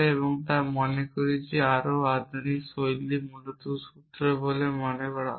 কিন্তু আমি মনে করি আরো আধুনিক শৈলী মূলত সূত্র বলে মনে হয়